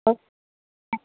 okay